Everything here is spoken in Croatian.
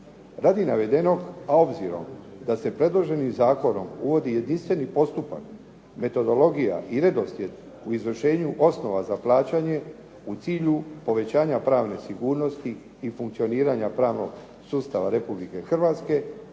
Radi navedenog, a obzirom da se predloženim zakonom uvodi jedinstveni postupak metodologija i redoslijed u izvršenju osnova za plaćanje u cilju povećanja pravne sigurnosti i funkcioniranja pravnog sustava Republike Hrvatske,